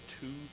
two